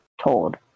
told